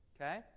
Okay